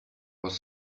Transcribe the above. was